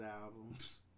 albums